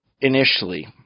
initially